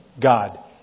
God